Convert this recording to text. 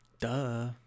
Duh